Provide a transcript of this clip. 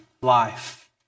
life